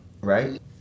right